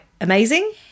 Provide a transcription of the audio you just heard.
amazing